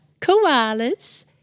koalas